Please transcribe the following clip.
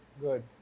Good